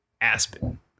aspen